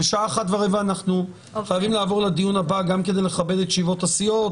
בשעה 13:15 אנחנו חייבים לעבור לדיון הבא גם כדי לכבד את ישיבות הסיעות,